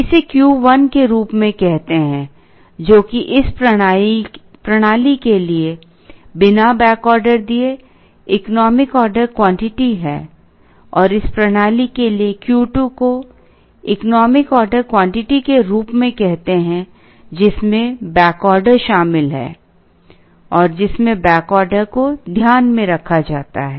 इसे Q1 के रूप में कहते हैं जो कि इस प्रणाली के लिए बिना बैकऑर्डर दिए इकोनॉमिक ऑर्डर क्वांटिटी है और इस प्रणाली के लिए Q2 को इकोनॉमिक ऑर्डर क्वांटिटी के रूप में कहते हैं जिसमें बैकऑर्डर शामिल है और जिसमें बैकऑर्डर को ध्यान में रखा जाता है